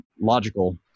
logical